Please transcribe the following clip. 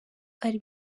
ari